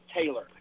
Taylor